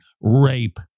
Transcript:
rape